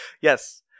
Yes